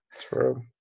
true